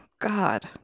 God